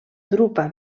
drupa